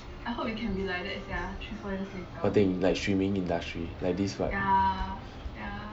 what thing like streaming industry like this